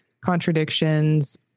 contradictions